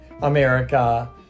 America